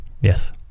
Yes